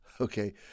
Okay